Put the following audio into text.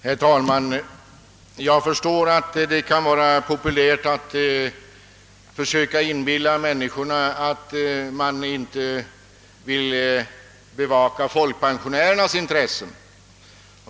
Herr talman! Jag förstår att det kan ligga nära till hands att försöka inbilla människorna att socialdemokraterna inte vill bevaka folkpensionärernas intressen.